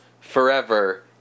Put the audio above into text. forever